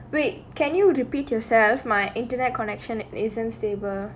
wait can you repeat yourself my internet connection isn't stable